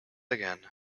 again